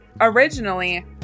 originally